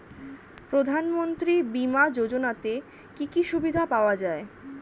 প্রধানমন্ত্রী বিমা যোজনাতে কি কি সুবিধা পাওয়া যায়?